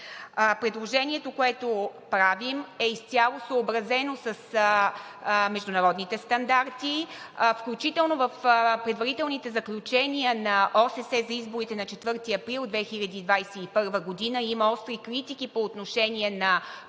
Предложението, което правим, е изцяло съобразено с Международните стандарти, включително в предварителните заключения на ОССЕ за изборите на 4 април 2021 г. има остри критики по отношение на